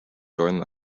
joined